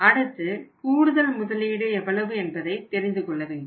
அடுத்து கூடுதல் முதலீடு எவ்வளவு என்பதை தெரிந்து கொள்ள வேண்டும்